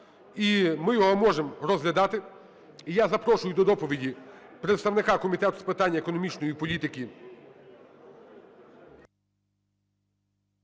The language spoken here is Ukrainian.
ми його можемо розглядати. І я запрошую до доповіді представника Комітету з питань економічної політики